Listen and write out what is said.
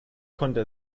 konnte